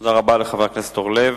תודה רבה לחבר הכנסת אורלב.